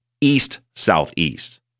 east-southeast